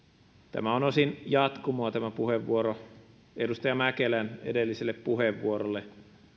tämä on osin jatkumoa tämä puheenvuoro edustaja mäkelän edelliselle puheenvuorolle